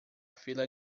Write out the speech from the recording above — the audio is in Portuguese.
fila